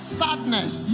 sadness